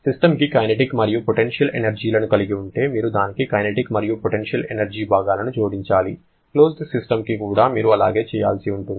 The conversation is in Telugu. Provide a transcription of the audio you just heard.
సిస్టమ్ కి కైనెటిక్ మరియు పొటెన్షియల్ ఎనర్జీ లను కలిగి ఉంటే మీరు దానికి కైనెటిక్ మరియు పొటెన్షియల్ ఎనర్జీ భాగాలను జోడించాలి క్లోజ్డ్ సిస్టమ్కు కూడా మీరు అలాగే చేయాల్సి ఉంటుంది